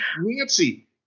Nancy